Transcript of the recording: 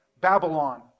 Babylon